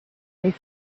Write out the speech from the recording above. they